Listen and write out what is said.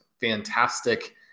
fantastic